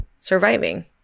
surviving